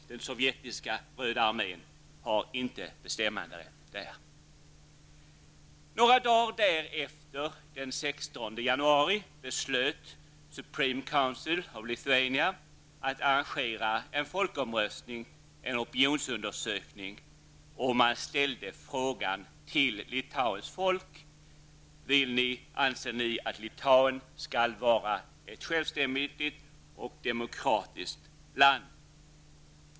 Den sovjetiska röda armén har inte bestämmanderätt där. Supreme Council of Lithuania att arrangera en folkomröstning, en opinionsundersökning. Man ställde följande fråga till Litauens folk: Anser ni att Litauen skall vara ett självständigt och demokratiskt land?